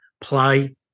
play